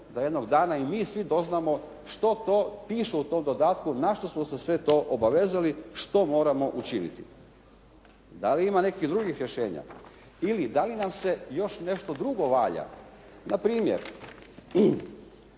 da jednog dana i mi svi doznamo što to piše u tom dodatku, na što smo se sve to obavezali što moramo učiniti. Da li ima nekih drugih rješenja? Ili da li nam se još nešto drugo valja? Na primjer,